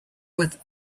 with